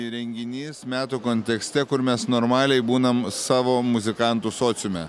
įrenginys metų kontekste kur mes normaliai būnam savo muzikantų sociume